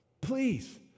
Please